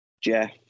Jeff